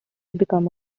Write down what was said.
become